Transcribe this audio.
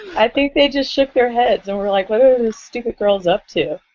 i think they just shook their heads and were like, what are those stupid girls up to?